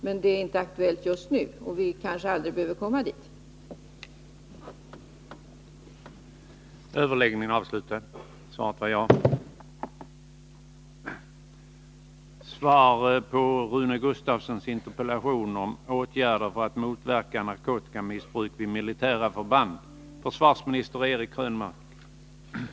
Det är emellertid inte aktuellt just nu, och vi behöver kanske aldrig komma i det läget.